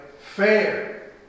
Fair